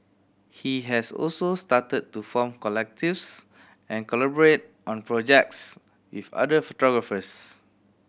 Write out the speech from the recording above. he has also started to form collectives and collaborate on projects with other photographers